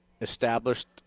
established